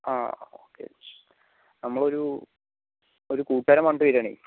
ആ നമ്മളൊരു ഒരു കൂട്ടുക്കാരൻ പറഞ്ഞിട്ട് വരുവാണെ